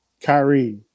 Kyrie